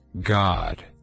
God